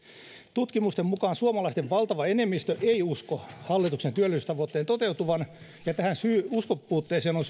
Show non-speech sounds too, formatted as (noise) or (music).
tutkimusten mukaan suomalaisten valtava enemmistö ei usko hallituksen työllisyystavoitteen toteutuvan ja syyt tähän uskonpuutteeseen on (unintelligible)